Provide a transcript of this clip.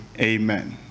Amen